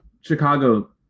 Chicago